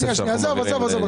עזוב.